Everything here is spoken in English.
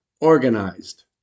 organized